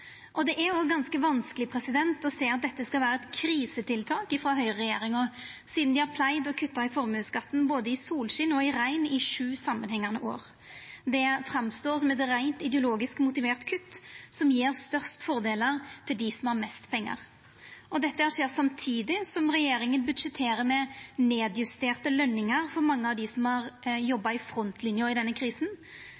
Det er òg ganske vanskeleg å sjå at dette skal vera eit krisetiltak frå høgreregjeringa, sidan dei har pleidd å kutta i formuesskatten i både solskin og regn i sju samanhengande år. Det framstår som eit reint ideologisk motivert kutt som gjev størst fordelar til dei som har mest pengar. Dette skjer samtidig som regjeringa budsjetterer med nedjusterte løningar for mange av dei som har